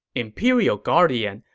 imperial guardian.